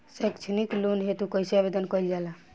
सैक्षणिक लोन हेतु कइसे आवेदन कइल जाला?